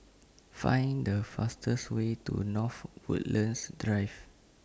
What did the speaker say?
Find The fastest Way to North Woodlands Drive